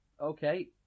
okay